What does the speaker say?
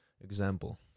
example